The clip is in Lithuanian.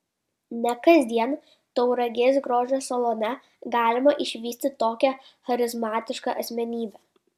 ne kasdien tauragės grožio salone galima išvysti tokią charizmatišką asmenybę